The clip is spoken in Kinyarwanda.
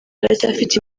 aracyafite